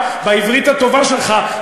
בעברית הטובה שלך,